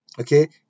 okay